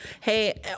Hey